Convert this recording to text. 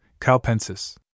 Calpensis